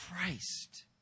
Christ